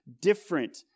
Different